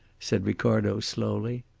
said ricardo slowly.